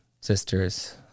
sisters